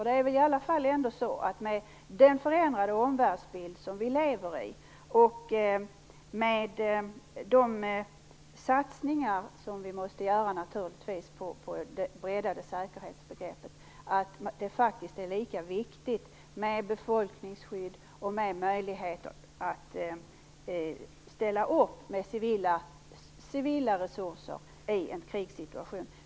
Det är väl i alla fall på det sättet att, med den förändrade omvärldsbild som vi lever i och med de satsningar som vi naturligtvis måste göra på det breddade säkerhetsbegreppet, det faktiskt är lika viktigt med befolkningsskydd och med möjligheter att ställa upp med civila resurser i en krigssituation.